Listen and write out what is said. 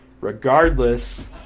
Regardless